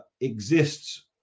exists